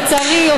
לצערי,